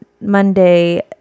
Monday